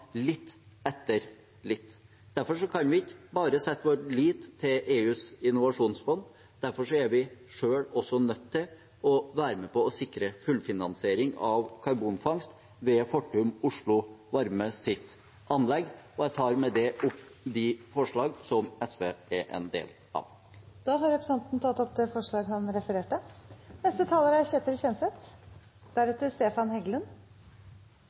litt etter litt. Derfor kan vi ikke bare sette vår lit til EUs innovasjonsfond. Derfor er vi selv også nødt til å være med på å sikre fullfinansiering av karbonfangst ved Fortum Oslo Varmes anlegg. Jeg tar med det opp de forslagene som SV er en del av. Da har representanten Lars Haltbrekken tatt opp de forslagene han refererte til. Norge leder an i noe av det som er